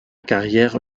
carrière